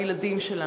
הילדים שלנו,